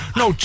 no